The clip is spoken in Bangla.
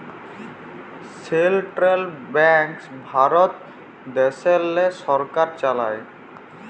সেলট্রাল ব্যাংকস ভারত দ্যাশেল্লে সরকার চালায়